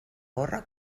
gorra